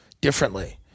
differently